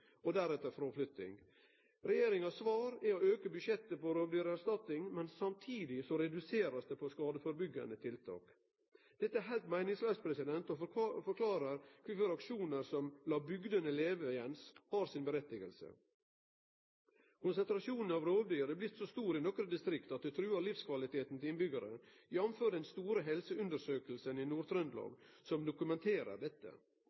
og deretter fråflytting. Regjeringas svar er å auke budsjettet for rovdyrerstatning, men samtidig redusere når det gjeld skadeførebyggjande tiltak. Dette er heilt meiningslaust og forklarar kvifor aksjonar som «La bygdene leve, Jens!» er viktige. Konsentrasjonen av rovdyr er blitt så stor i nokre distrikt at det truar livskvaliteten til innbyggjarane, jamfør den store helseundersøkinga i Nord-Trøndelag, som dokumenterer dette.